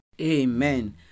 Amen